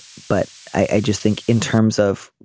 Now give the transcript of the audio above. but i just think in terms of